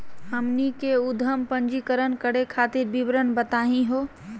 हमनी के उद्यम पंजीकरण करे खातीर विवरण बताही हो?